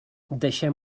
deixem